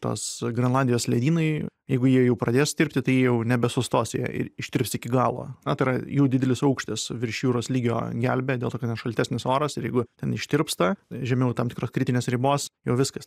tas grenlandijos ledynai jeigu jie jau pradės tirpti tai jie jau nebesustos jie ir ištirps iki galo na tai yra jau didelis aukštis virš jūros lygio gelbėja dėl to kad ten šaltesnis oras ir jeigu ten ištirpsta žemiau tam tikros kritinės ribos jau viskas